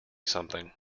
something